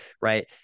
right